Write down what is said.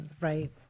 right